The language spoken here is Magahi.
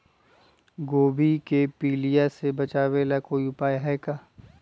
गोभी के पीलिया से बचाव ला कोई उपाय है का?